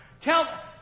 Tell